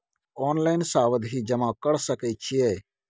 Online सावधि जमा कर सके छिये?